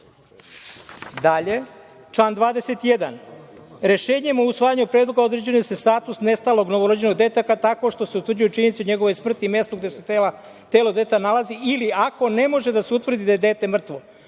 zahtev. Dalje, član 21. Rešenjem o usvajanju predloga određuje se status nestalog novorođenog deteta, tako što se utvrđuju činjenice o njegovoj smrti, mestu gde se telo deteta nalazi ili ako ne može da se utvrdi da je dete mrtvo,